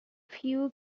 few